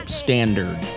standard